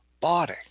body